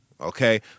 Okay